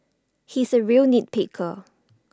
he is A real nit picker